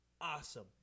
awesome